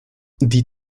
die